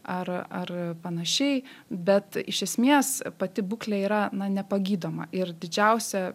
ar ar panašiai bet iš esmės pati būklė yra na nepagydoma ir didžiausia